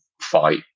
fight